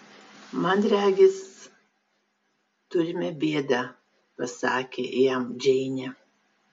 man regis turime bėdą pasakė jam džeinė